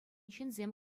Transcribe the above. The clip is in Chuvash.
ҫынсем